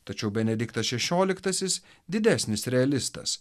tačiau benediktas šešioliktasis didesnis realistas